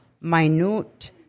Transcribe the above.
minute